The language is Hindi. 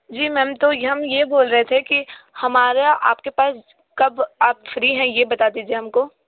जी मेम व तो हम ये बोल रहे थे कि हमारा आपके पास कब आप फ़्री हैं ये बता दीजिए हम को